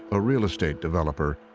a real estate developer,